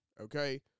Okay